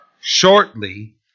shortly